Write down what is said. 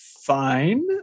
fine